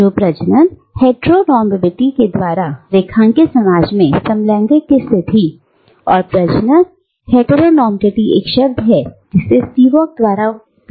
तो प्रजनन हेटेरोनॉर्मेटिविटी द्वारा रेखांकित समाज में समलैंगिक की स्थिति और प्रजनन हेटेरोनॉर्मेटीटी एक शब्द है जिसे स्पिवक द्वारा उपयोग में लिया गया है